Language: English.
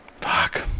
Fuck